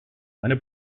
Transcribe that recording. eine